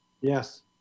yes